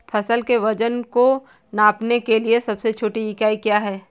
फसल के वजन को नापने के लिए सबसे छोटी इकाई क्या है?